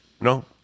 No